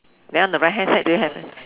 then on the right hand side do you have